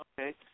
okay